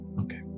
Okay